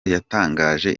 yatangaje